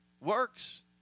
works